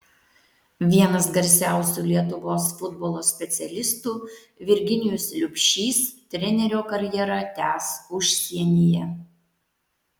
vienas garsiausių lietuvos futbolo specialistų virginijus liubšys trenerio karjerą tęs užsienyje